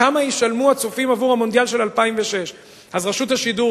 כמה ישלמו הצופים עבור המונדיאל של 2006. אז רשות השידור,